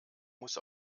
muss